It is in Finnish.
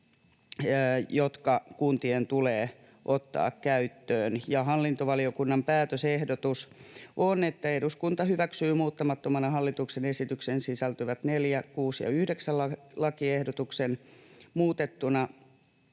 jotka kuntien tulee ottaa käyttöön. Hallintovaliokunnan päätösehdotus on, että eduskunta hyväksyy muuttamattomana hallituksen esitykseen sisältyvät 4, 6 ja 9 lakiehdotuksen, muutettuna